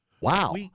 wow